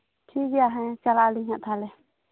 ᱴᱷᱤᱠ ᱜᱮᱭᱟ ᱦᱮᱸ ᱪᱟᱞᱟᱜ ᱟᱞᱤᱝ ᱦᱟᱸᱜ ᱛᱟᱦᱞᱮ